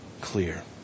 clear